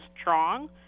strong